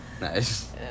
Nice